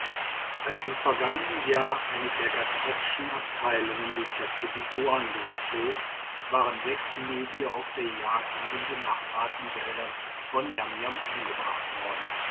als im vergangenen jahr eine der ghattasschen abteilungen durch die gebiete uandos zog waren sechs nubier auf der jagd in den benachbarten wäldern von niamniam umgebracht worden